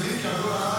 כי היורו עלה,